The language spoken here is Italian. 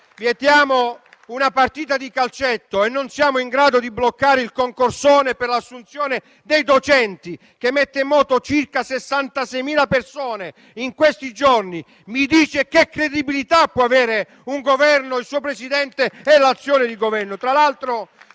vietiamo una partita di calcetto e non siamo in grado di bloccare il concorsone per l'assunzione dei docenti, che mette in moto circa 66.000 persone in questi giorni, mi dice che credibilità possono avere un Governo, il suo Presidente, e l'azione di governo?